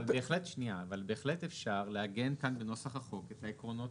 אבל בהחלט אפשר לעגן כאן בנוסח החוק את העקרונות